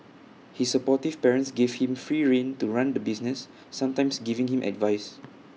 his supportive parents gave him free rein to run the business sometimes giving him advice